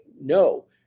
No